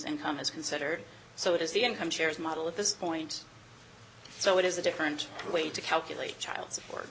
home is considered so is the income shares model at this point so it is a different way to calculate child support